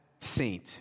saint